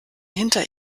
hinter